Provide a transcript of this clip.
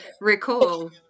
recall